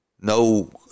no